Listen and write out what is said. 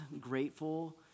grateful